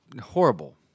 horrible